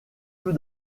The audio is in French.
tout